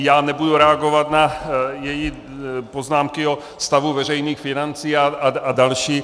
Já nebudu reagovat na její poznámky o stavu veřejných financí a další.